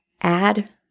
add